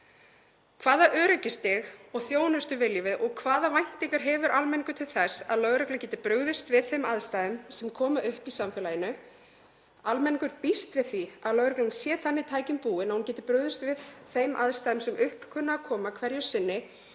Hvaða öryggisstig og þjónustu viljum við og hvaða væntingar hefur almenningur til þess að lögreglan geti brugðist við þeim aðstæðum sem koma upp í samfélaginu? Almenningur býst við því að lögreglan sé þannig tækjum búin að hún geti brugðist við þeim aðstæðum sem upp kunna að koma hverju sinni